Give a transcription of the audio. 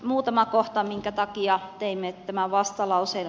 muutama kohta minkä takia teimme tämän vastalauseen